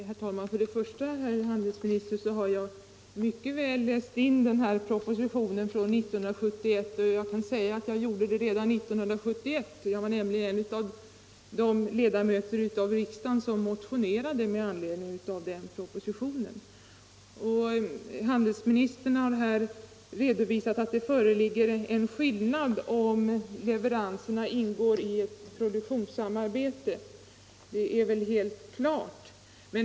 Herr talman! Jag har, herr handelsminister, läst in den aktuella propositionen. Och jag kan säga att jag gjorde det redan 1971 — jag var nämligen en av de riksdagsledamöter som motionerade med anledning av propositionen. Handelsministern har här förklarat att det föreligger en skillnad om leveranserna ingår i ett produktionssamarbete, och det är väl helt klart.